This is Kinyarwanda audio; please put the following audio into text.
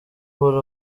buri